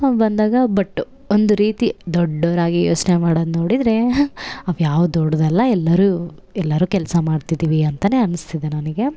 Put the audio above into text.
ಬಂದಾಗ ಬಟ್ ಒಂದು ರೀತಿ ದೊಡ್ಡೋರಾಗಿ ಯೋಚನೆ ಮಾಡೋದ್ ನೋಡಿದರೆ ಅವು ಯಾವು ದೊಡ್ಡದಲ್ಲ ಎಲ್ಲರೂ ಎಲ್ಲರೂ ಕೆಲಸ ಮಾಡ್ತಿದಿವಿ ಅಂತಾ ಅನಿಸ್ತಿದೆ ನನಗೆ